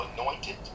anointed